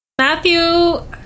Matthew